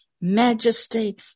majesty